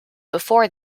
before